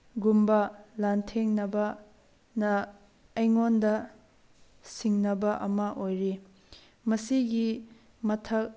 ꯒꯨꯝꯕ ꯂꯥꯟꯊꯦꯡꯅꯕꯅ ꯑꯩꯉꯣꯟꯗ ꯁꯤꯡꯅꯕ ꯑꯃ ꯑꯣꯏꯔꯤ ꯃꯁꯤꯒꯤ ꯃꯊꯛ